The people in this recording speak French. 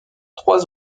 trois